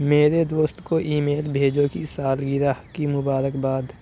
میرے دوست کو ای میل بھیجو کہ سالگرہ کی مبارکباد